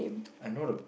I know the